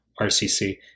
RCC